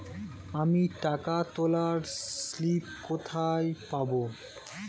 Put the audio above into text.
আমি টাকা তোলার স্লিপ কোথায় পাবো?